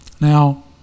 Now